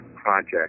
project